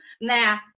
now